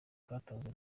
bwatanzwe